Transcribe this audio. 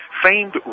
Famed